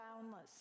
boundless